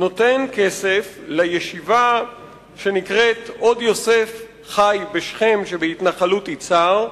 נותן כסף לישיבה שנקראת "עוד יוסף חי בשכם" שבהתנחלות יצהר,